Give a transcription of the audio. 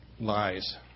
lies